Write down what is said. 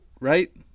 right